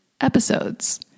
episodes